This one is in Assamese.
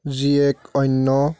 যি এক অন্য